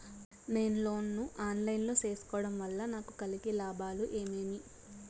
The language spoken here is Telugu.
నేను లోను ను ఆన్ లైను లో సేసుకోవడం వల్ల నాకు కలిగే లాభాలు ఏమేమీ?